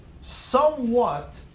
somewhat